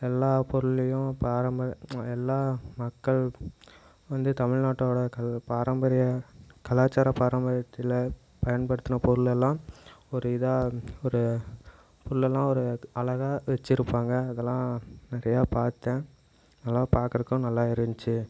எல்லா பொருள்லையும் பரம்பரிய எல்லா மக்கள் வந்து தமிழ் நாட்டோட கல் பாரம்பரிய கலாச்சார பரம்பரியத்தில் பயன்படுத்தின பொருள்ளெல்லாம் ஒரு இதாக ஒரு பொருள்ளெல்லாம் ஒரு அழகாக வச்சுருப்பாங்க அதெலாம் நிறையா பார்த்தன் பார்க்குறத்துக்கும் நல்லா இருந்துச்சு